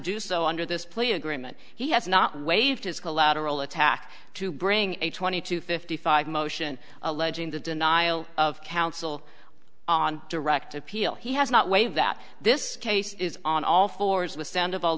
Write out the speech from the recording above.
do so under this plea agreement he has not waived his collateral attack to bring a twenty to fifty five motion alleging the denial of counsel on direct appeal he has not waived that this case is on all fours with sound of all